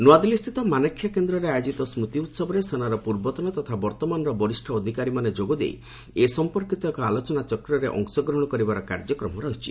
ନୂଆଦିଲ୍ଲୀ ସ୍ଥିତ ମାନେକ୍ଷ୍ୟା କେନ୍ଦ୍ରରେ ଆୟୋଜିତ ସ୍କୃତି ଉହବରେ ସେନାର ପୂର୍ବତନ ତଥା ବର୍ଭମାନର ବରିଷ ଅଧିକାରୀମାନେ ଯୋଗ ଦେଇ ଏ ସମ୍ପର୍କୀତ ଏକ ଆଲୋଚନାଚକ୍ରରେ ଅଂଶଗ୍ରହଣ କରିବାର କାର୍ଯ୍ୟକ୍ରମ ରହିଛି